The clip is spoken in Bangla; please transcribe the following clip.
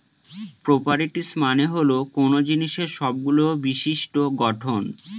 প্রপারটিস মানে হল কোনো জিনিসের সবগুলো বিশিষ্ট্য গঠন